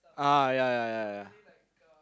ah yeah yeah yeah yeah yeha